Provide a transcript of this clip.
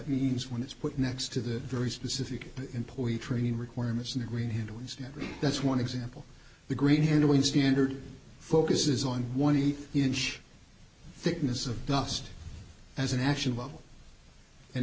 means when it's put next to that very specific employee training requirements in the green hills and that's one example the green handling standard focuses on one eighth inch thickness of dust as an action level and